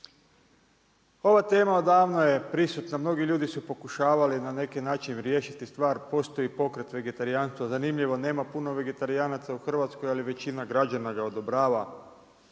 Ova tema odavno je prisutna, mnogi ljudi su pokušavali, na neki način riješiti stvar, postoji pokret vegetarijanstva. Zanimljivo nema puno vegetarijanac u Hrvatskoj, ali većina građana ga odobrava.